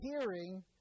hearing